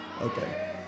okay